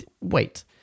Wait